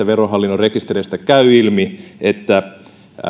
verohallinnon rekistereistä käy ilmi että